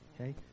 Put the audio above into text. okay